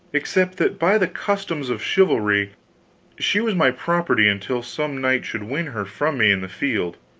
except that by the customs of chivalry she was my property until some knight should win her from me in the field.